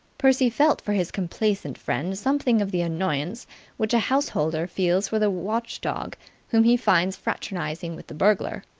percy felt for his complaisant friend something of the annoyance which a householder feels for the watchdog whom he finds fraternizing with the burglar.